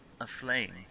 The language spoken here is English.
aflame